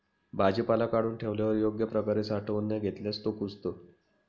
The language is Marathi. भाजीपाला काढून ठेवल्यावर योग्य प्रकारे साठवून न घेतल्यास तो कुजतो